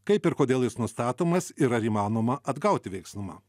kaip ir kodėl jis nustatomas ir ar įmanoma atgauti veiksnumą